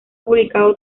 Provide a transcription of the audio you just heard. publicado